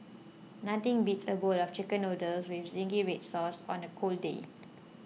nothing beats a bowl of Chicken Noodles with Zingy Red Sauce on a cold day